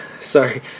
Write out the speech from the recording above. Sorry